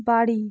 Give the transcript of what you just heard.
বাড়ি